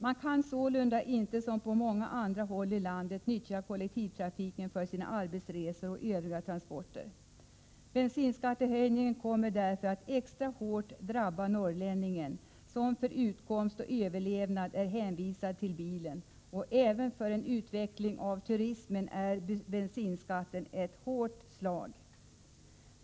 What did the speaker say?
Man kan sålunda inte som på så många andra håll i landet nyttja kollektivtrafiken för sina arbetsresor och övriga transporter. Bensinskattehöjningen kommer därför att extra hårt drabba norrlänningen, som för sin utkomst och överlevnad är hänvisad till bilen. Även för en utveckling av turismen är bensinskatten ett hårt slag.